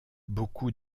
beaucoup